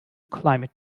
climate